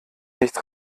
nichts